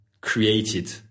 created